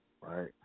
right